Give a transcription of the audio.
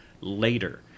later